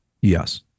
yes